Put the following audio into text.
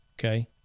Okay